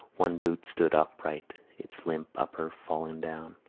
one boot stood upright, its limp upper fallen down